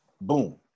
boom